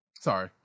Sorry